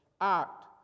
act